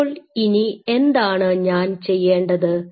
അപ്പോൾ ഇനി എന്താണ് ഞാൻ ചെയ്യേണ്ടത്